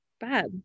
bad